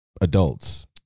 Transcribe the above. adults